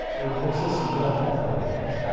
it looks as smooth. i can't tell the difference, yeah